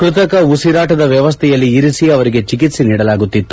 ಕೃತಕ ಉಸಿರಾಟದ ವ್ಯವಸ್ಥೆಯಲ್ಲಿ ಇರಿಸಿ ಅವರಿಗೆ ಚಿಕಿತ್ಸೆ ನೀಡಲಾಗುತ್ತಿತ್ತು